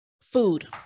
food